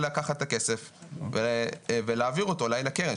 לקחת את הכסף ולהעביר אותו אולי לקרן.